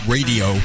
Radio